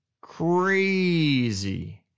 crazy